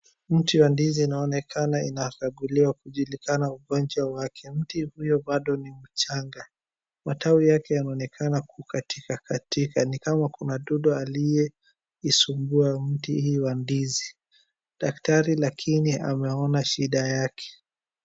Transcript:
Mti ya ndizi inaonekana inakaguliwa kujulikana ugonjwa wake. Mti huyo bado ni mchanga. Matawi yake yanaonekana kukatikakatika. Ni kama kuna dudu aliyeisumbua mti hii wa ndizi. Daktari lakini ameona shida yake.